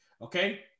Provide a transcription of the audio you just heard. Okay